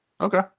Okay